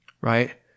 right